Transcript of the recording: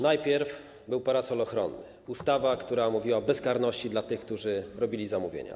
Najpierw był parasol ochronny, czyli ustawa, która mówiła o bezkarności tych, którzy robili zamówienia.